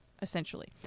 essentially